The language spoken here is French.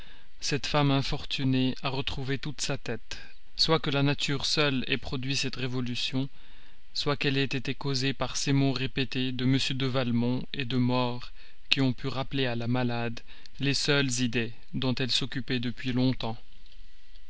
cette femme infortunée a retrouvé toute sa tête soit que la nature seule ait produit cette révolution soit qu'elle ait été causée par ces mots répétés de m de valmont de mort qui ont pu rappeler à la malade les seules idées dont elle s'occupait depuis longtemps